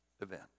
event